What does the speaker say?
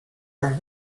were